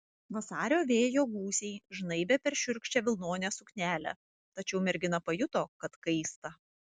vasario vėjo gūsiai žnaibė per šiurkščią vilnonę suknelę tačiau mergina pajuto kad kaista